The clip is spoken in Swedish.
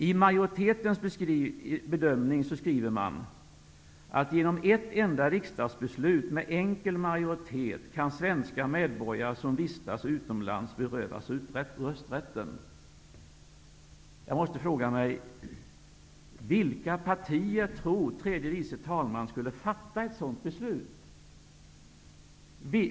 I majoritetens bedömning skriver man att genom ett enda riksdagsbeslut med enkel majoritet kan svenska medborgare som vistas utomlands berövas rösträtten. Jag måste då fråga vilka partier tredje vice talman tror skulle fatta ett sådant beslut.